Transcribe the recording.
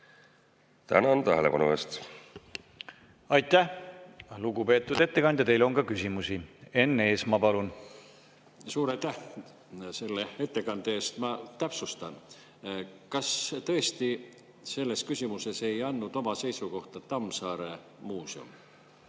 Enn Eesmaa, palun! Aitäh! Lugupeetud ettekandja, teile on ka küsimusi. Enn Eesmaa, palun! Suur aitäh selle ettekande eest! Ma täpsustan. Kas tõesti selles küsimuses ei andnud oma seisukohta Tammsaare muuseum?